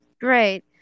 great